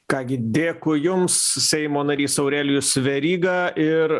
ką gi dėkui jums seimo narys aurelijus veryga ir